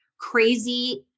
crazy